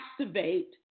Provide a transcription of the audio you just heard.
activate